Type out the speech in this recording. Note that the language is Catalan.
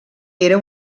era